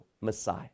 Messiah